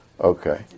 Okay